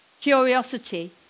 curiosity